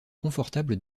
confortables